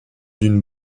d’une